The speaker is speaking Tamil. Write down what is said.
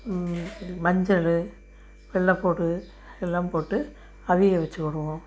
மஞ்சள் வெள்ளை பௌட்ரு எல்லாம் போட்டு அவிய வச்சிக்கிவோம்